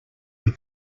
were